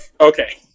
Okay